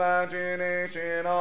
Imagination